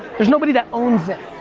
there's nobody that owns it.